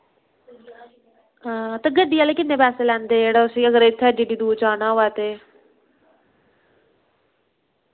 हां ते गड्डी आह्ले किन्ने पैसे लैंदे जेह्ड़े उसी अगर इत्थै एह्डी एह्डी दूर जाना होऐ ते